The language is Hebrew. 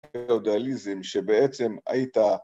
‫היאודליזם שבעצם הייתה...